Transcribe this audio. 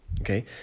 okay